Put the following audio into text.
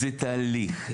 זה תהליך.